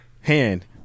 Hand